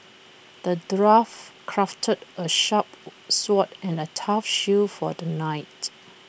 the dwarf crafted A sharp sword and A tough shield for the knight